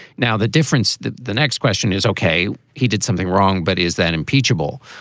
now, the difference, the the next question is, ok. he did something wrong, but is that impeachable?